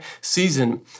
season